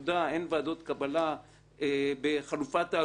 אין ועדות קבלה בחלופה האגודה.